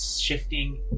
shifting